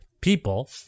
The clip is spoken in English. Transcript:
people